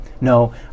No